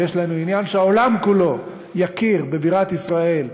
ויש לנו עניין שהעולם כולו יכיר בבירת ישראל,